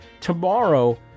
tomorrow